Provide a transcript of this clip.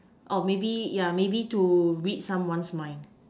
oh maybe yeah maybe to read someone mind